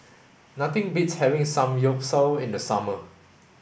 nothing beats having Samgyeopsal in the summer